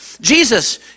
Jesus